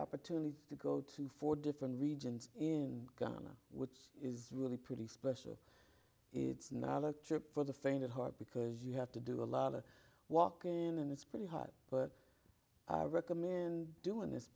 opportunity to go to four different regions in woods is really pretty special it's not a trip for the faint of heart because you have to do a lot of walking and it's pretty hot but i recommend doing this